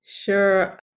Sure